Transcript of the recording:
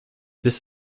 this